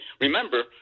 remember